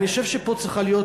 אני חושב שפה צריכה להיות,